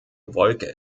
wolke